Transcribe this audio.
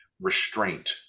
restraint